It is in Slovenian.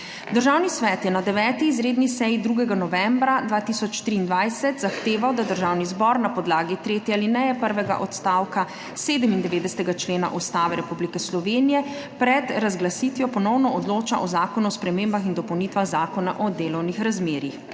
Državni svet je na 9. izredni seji 2. novembra 2023 zahteval, da Državni zbor na podlagi tretje alineje prvega odstavka 97. člena Ustave Republike Slovenije pred razglasitvijo ponovno odloča o Zakonu o spremembah in dopolnitvah Zakona o delovnih razmerjih.